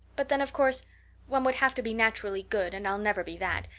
but then of course one would have to be naturally good and i'll never be that,